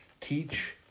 teach